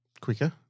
quicker